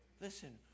Listen